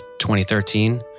2013